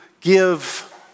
give